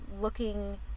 looking